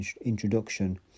introduction